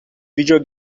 video